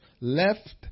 left